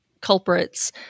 culprits